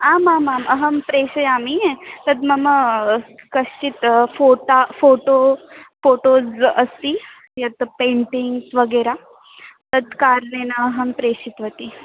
आमामाम् अहं प्रेषयामि तद् मम कश्चित् फ़ोटा फ़ोटो फ़ोटोज़् अस्ति यत् पैण्टिङ्ग्स् वगेरा तद् कारणेन अहं प्रषितवती